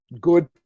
good